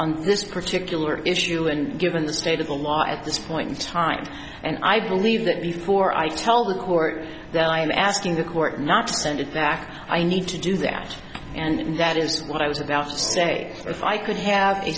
on this particular issue and given the state of the law at this point in time and i believe that before i tell the court that i am asking the court not to send it back i need to do that and that is what i was about to say if i could have a